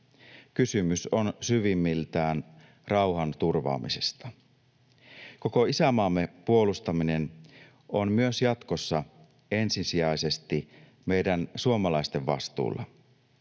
Kysymys on syvimmiltään rauhan turvaamisesta. Koko isänmaamme puolustaminen on myös jatkossa ensisijaisesti meidän suomalaisten vastuulla.